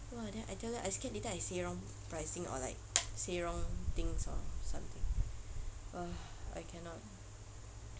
!wah! then I tell you I scared later I say wrong pricing or like say wrong things or something ugh I cannot